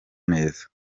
neza